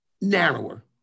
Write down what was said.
narrower